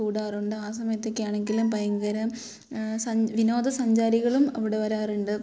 കൂടാറുണ്ട് ആ സമയത്തൊക്കെ ആണെങ്കില് ഭയങ്കര സൻ വിനോദസഞ്ചാരികളും അവിടെ വരാറുണ്ട്